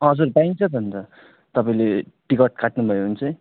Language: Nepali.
हजुर पाइन्छ त अन्त तपाईँले टिकट काट्नु भयो भने चाहिँ